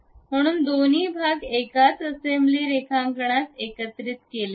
म्हणून दोन्ही भाग एकाच असेंबली रेखांकनात एकत्रित केले आहेत